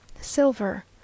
Silver